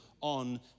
on